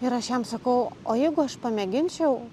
ir aš jam sakau o jeigu aš pamėginčiau